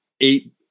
eight